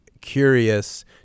curious